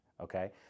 okay